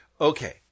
Okay